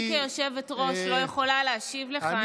אני כיושבת-ראש לא יכולה להשיב לך.